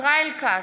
ישראל כץ,